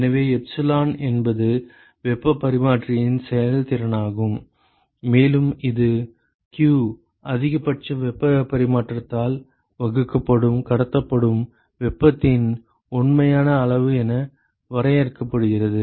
எனவே எப்சிலான் என்பது வெப்பப் பரிமாற்றியின் செயல்திறனாகும் மேலும் இது q அதிகபட்ச வெப்பப் பரிமாற்றத்தால் வகுக்கப்படும் கடத்தப்படும் வெப்பத்தின் உண்மையான அளவு என வரையறுக்கப்படுகிறது